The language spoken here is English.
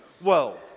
world